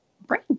brain